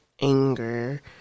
anger